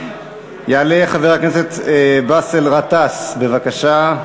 יעלה חבר הכנסת באסל גטאס, בבקשה,